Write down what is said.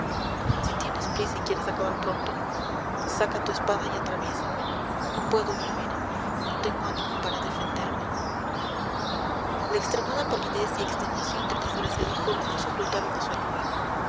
si tienes prisa y quieres acabar pronto saca tu espada y atraviésame no puedo vivir no tengo ánimo para defenderme la extremada palidez y extenuación del desgraciado joven no se ocultaron a su enemigo